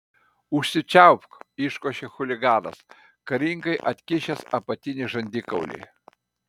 užsičiaupk iškošė chuliganas karingai atkišęs apatinį žandikaulį